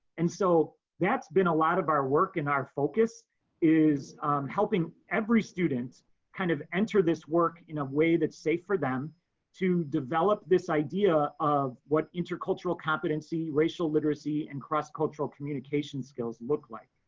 and so that's been a lot of our work and our focus is helping every student kind of enter this work in a way that's safe for them to develop this idea of what intercultural competency, racial literacy and cross cultural communication skills look like.